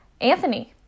Anthony